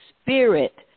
Spirit